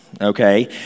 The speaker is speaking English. okay